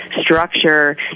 structure